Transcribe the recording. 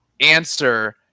answer